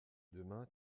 demain